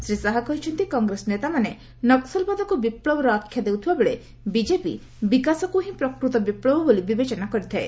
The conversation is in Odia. ଶ୍ରୀ ଶାହା କହିଛନ୍ତି କଂଗ୍ରେସ ନେତାମାନେ ନକ୍ୱଲବାଦକୁ ବିପ୍ଳବର ଆଖ୍ୟା ଦେଉଥିବା ବେଳେ ବିଜେପି ବିକାଶକୁ ହିଁ ପ୍ରକୃତ ବିପ୍ଳବ ବୋଲି ବିବେଚନା କରିଥାଏ